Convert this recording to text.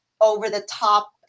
over-the-top